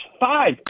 five